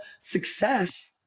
success